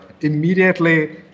immediately